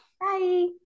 bye